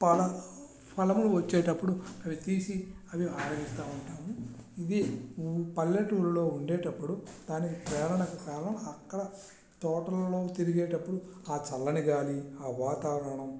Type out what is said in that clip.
పల ఫలములు వచ్చేటప్పుడు అవి తీసి అవి ఆరేస్తా ఉంటాము ఇది నువ్వు పల్లెటూరిలో ఉండేటప్పుడు దాని ప్రేరణకు కారణం అక్కడ తోటలలో తిరిగేటప్పుడు ఆ చల్లని గాలి ఆ వాతావరణం